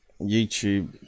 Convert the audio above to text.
YouTube